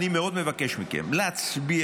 אני מאוד מבקש מכם להצביע,